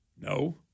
No